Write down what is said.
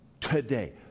today